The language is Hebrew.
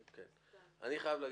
אני מצטער,